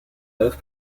œuvre